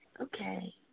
Okay